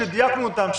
שדייקנו אותם,